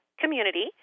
community